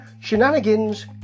Shenanigans